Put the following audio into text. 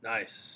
Nice